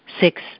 Six